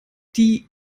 die